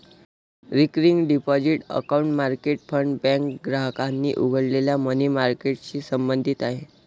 recurring deposit account market fund bank ग्राहकांनी उघडलेल्या money मार्केटशी संबंधित आहे